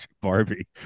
Barbie